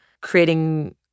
creating